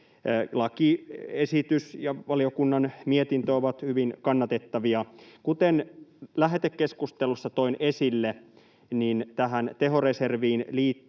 Lakiesitys ja valiokunnan mietintö ovat hyvin kannatettavia. Kuten lähetekeskustelussa toin esille, tähän tehoreserviin liittyy